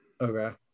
Okay